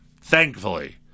thankfully